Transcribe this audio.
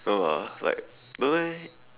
no ah like don't eh